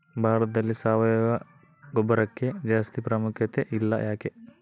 ಭಾರತದಲ್ಲಿ ಸಾವಯವ ಗೊಬ್ಬರಕ್ಕೆ ಜಾಸ್ತಿ ಪ್ರಾಮುಖ್ಯತೆ ಇಲ್ಲ ಯಾಕೆ?